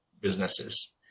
businesses